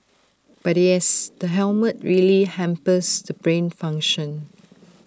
but yes the helmet really hampers the brain function